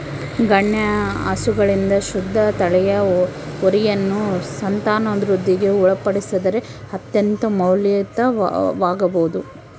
ಗಣ್ಯ ಹಸುಗಳಿಂದ ಶುದ್ಧ ತಳಿಯ ಹೋರಿಯನ್ನು ಸಂತಾನವೃದ್ಧಿಗೆ ಒಳಪಡಿಸಿದರೆ ಅತ್ಯಂತ ಮೌಲ್ಯಯುತವಾಗಬೊದು